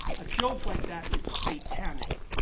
a joke like that is satanic.